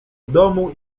domu